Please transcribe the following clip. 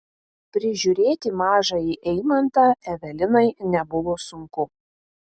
prižiūrėti mažąjį eimantą evelinai nebuvo sunku